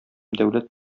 дәүләт